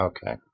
Okay